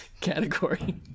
category